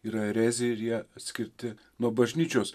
yra erezija ir jie atskirti nuo bažnyčios